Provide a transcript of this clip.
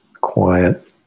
quiet